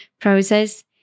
process